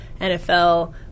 NFL